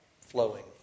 flowing